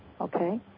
Okay